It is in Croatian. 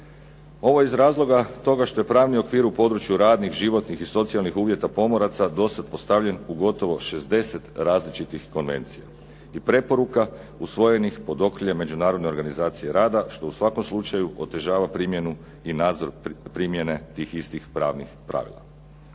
Ovo iz razloga toga što je pravni okvir u području radnih, životnih i socijalnih uvjeta pomoraca do sada postavljen u gotovo 60 različitih konvencija i preporuka usvojenih pod okriljem Međunarodne organizacije rada što u svakom slučaju otežava primjenu i nadzor primjene tih istih pravnih pravila.